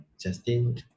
Justin